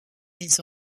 les